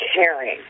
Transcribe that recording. caring